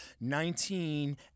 nineteen